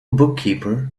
bookkeeper